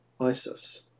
Isis